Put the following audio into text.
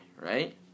right